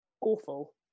awful